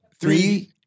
three